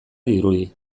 dirudi